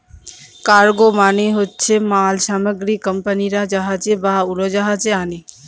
cargo মানে হচ্ছে মাল সামগ্রী কোম্পানিরা জাহাজে বা উড়োজাহাজে আনে